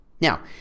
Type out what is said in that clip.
now